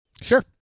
sure